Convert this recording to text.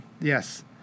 Yes